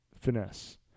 finesse